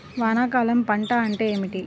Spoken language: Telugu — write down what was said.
వానాకాలం పంట అంటే ఏమిటి?